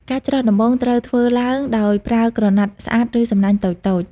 ការច្រោះ ដំបូងត្រូវបានធ្វើឡើងដោយប្រើក្រណាត់សស្អាត ឬសំណាញ់តូចៗ។